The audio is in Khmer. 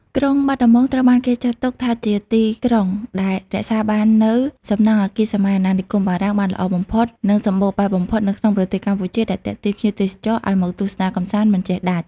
ក្រុងបាត់ដំបងត្រូវបានគេចាត់ទុកថាជាទីក្រុងដែលរក្សាបាននូវសំណង់អគារសម័យអាណានិគមបារាំងបានល្អបំផុត និងសំបូរបែបបំផុតនៅក្នុងប្រទេសកម្ពុជា ដែលទាក់ទាញភ្ញៀវទេសចរឱ្យមកទស្សនាកម្សាន្តមិនចេះដាច់។